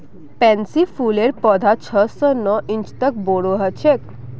pansy फूलेर पौधा छह स नौ इंच तक बोरो ह छेक